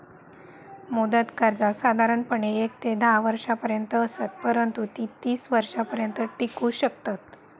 मुदत कर्जा साधारणपणे येक ते धा वर्षांपर्यंत असत, परंतु ती तीस वर्षांपर्यंत टिकू शकतत